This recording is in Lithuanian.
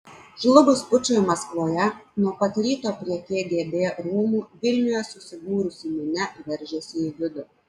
žlugus pučui maskvoje nuo pat ryto prie kgb rūmų vilniuje susibūrusi minia veržėsi į vidų